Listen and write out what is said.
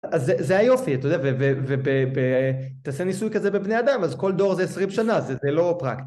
זה היופי, אתה יודע, ואתה עושה ניסוי כזה בבני אדם, אז כל דור זה 20 שנה, זה לא פרקטי.